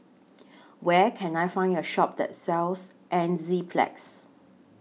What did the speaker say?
Where Can I Find A Shop that sells Enzyplex